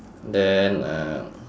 then uh